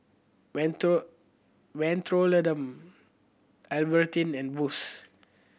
Mentholatum Albertini and Boost